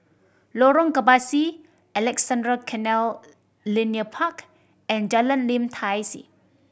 Lorong Kebasi Alexandra Canal Linear Park and Jalan Lim Tai See